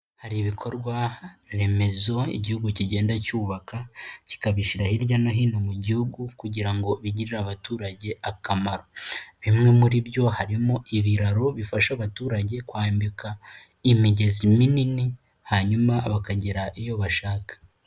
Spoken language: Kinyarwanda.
Hari ibikorwaremezo igihugu kigenda cyubaka kikabishyira hirya no hino mu gihugu kugira ngo bigirire abaturage akamaro, bimwe muri byo harimo ibiraro bifasha abaturage kwambuka imigezi minini hanyuma bakagera iyo bashaka.